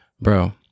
Bro